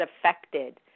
affected